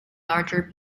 larger